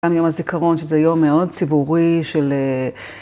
גם יום הזיכרון שזה יום מאוד ציבורי של...